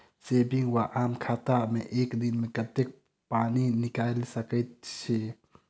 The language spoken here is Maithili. सेविंग वा आम खाता सँ एक दिनमे कतेक पानि निकाइल सकैत छी?